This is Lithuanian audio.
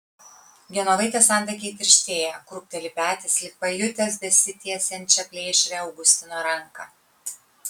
genovaitės antakiai tirštėja krūpteli petys lyg pajutęs besitiesiančią plėšrią augustino ranką